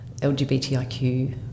LGBTIQ